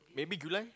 maybe July